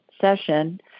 session